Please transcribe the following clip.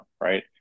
right